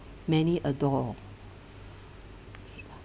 many adore